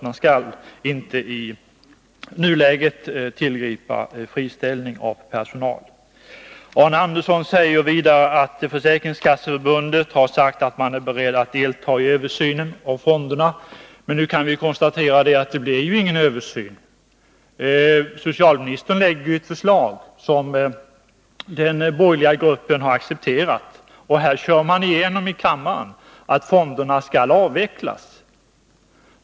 Man skall inte i nuläget tillgripa friställning av personal. Arne Andersson säger vidare att Försäkringskasseförbundet framfört att man är beredd att delta i översynen av fonderna. Men nu kan vi konstatera att det ju inte blir någon översyn. Socialministern har lagt fram ett förslag som den borgerliga gruppen har accepterat. Här kör man igenom i kammaren att fonderna skall avvecklas.